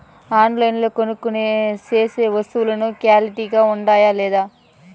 ఆన్లైన్లో కొనుక్కొనే సేసే వస్తువులు క్వాలిటీ గా ఉండాయా లేదా?